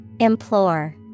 Implore